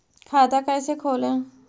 खाता कैसे खोले?